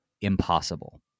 impossible